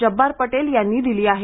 जब्बार पटेल यांनी दिली आहे